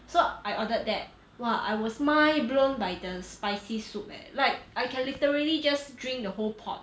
so I ordered that !wah! I was mind blown by the spicy soup eh like I can literally just drink the whole pot